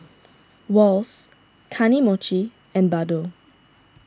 Wall's Kane Mochi and Bardot